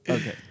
Okay